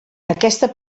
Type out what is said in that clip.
aquesta